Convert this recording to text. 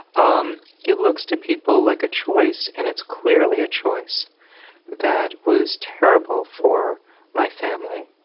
um it looks to people like a choice. and it's clearly a choice that was terrible for my family.